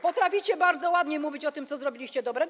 Potraficie bardzo ładnie mówić o tym, co zrobiliście dobrego.